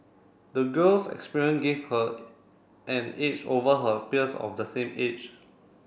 the girl's experience gave her an edge over her peers of the same age